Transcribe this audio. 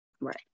Right